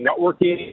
networking